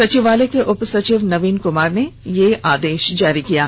सचिवालय के उप सचिव नवीन कुमार ने यह आदेश जारी किया है